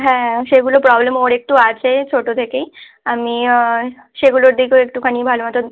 হ্যাঁ সেগুলো প্রবলেম ওর একটু আছে ছোটো থেকেই আমি সেগুলোর দিকেও একটুখানি ভালো মতন